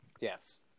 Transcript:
Yes